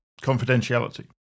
confidentiality